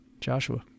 Joshua